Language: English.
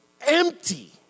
empty